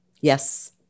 Yes